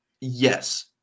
yes